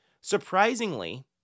surprisingly